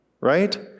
right